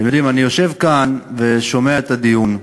אתם יודעים, אני יושב כאן ושומע את הדיון,